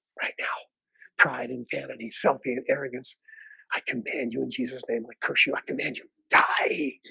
right now pride in cantonese something and arrogance i command you in jesus name like her she like command you die.